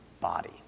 body